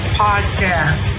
podcast